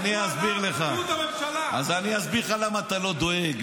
אני אגיד לך למה אתה לא דואג.